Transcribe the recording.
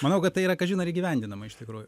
manau kad tai yra kažin ar įgyvendinama iš tikrųjų